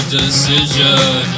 decision